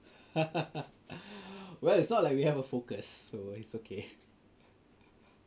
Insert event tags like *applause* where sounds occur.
*laughs* well it's not like we have a focus so it's okay